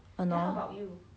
!hannor!